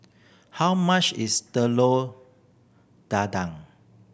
how much is Telur Dadah